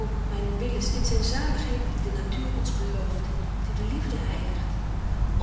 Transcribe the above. ô myne willis dit zyn zaligheden die de natuur ons belooft die de liefde heiligt